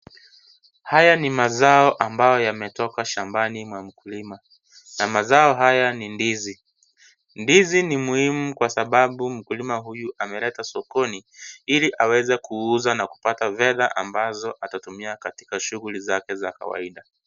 Haya ni mazao ambayo yemetoka shambani mwa mkulima na mazao haya ni ndizi, ndizi ni muhimu kwa sababu mkulima huyu ameleta sokoni ili aweze kuuza na kupata fedha ambazo atatumia katika shughuli zake za kawaida.